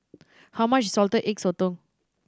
how much is Salted Egg Sotong